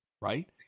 right